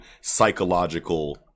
psychological